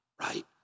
right